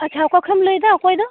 ᱟᱪᱪᱷᱟ ᱠᱷᱚᱱᱮᱢ ᱞᱟᱹᱭᱮᱫᱟ ᱚᱠᱚᱭ ᱫᱚ